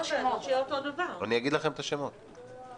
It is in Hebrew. אני חושב שאמרנו בפעם שעברה, לא?